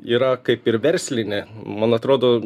yra kaip ir verslinė man atrodo